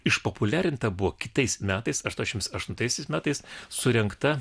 išpopuliarinta buvo kitais metais aštuoniasdešimt aštuntaisiais metais surengta